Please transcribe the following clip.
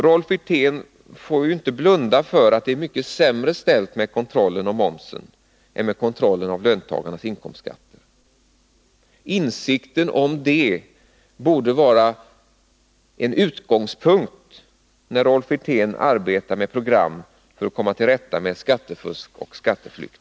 Rolf Wirtén får ju inte blunda för att det är mycket sämre ställt med kontrollen av momsen än med kontrollen av löntagarnas inkomstskatter. Insikten om detta borde vara en utgångspunkt, när Rolf Wirtén arbetar med program för att komma till rätta med skattefusk och skatteflykt.